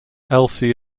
elsie